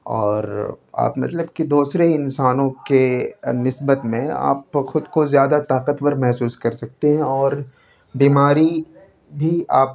اور آپ مطلب کہ دوسرے انسانوں کے نسبت میں آپ کو خود کو زیادہ طاقتور محسوس کر سکتے ہیں اور بیماری بھی آپ